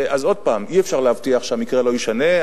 אז עוד הפעם, אי-אפשר להבטיח שהמקרה לא יישנה.